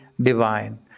divine